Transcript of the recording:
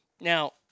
Now